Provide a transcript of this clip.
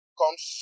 comes